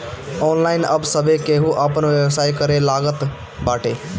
online अब सभे केहू आपन व्यवसाय करे लागल बाटे